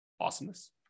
Awesomeness